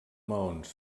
maons